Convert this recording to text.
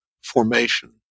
formation